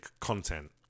content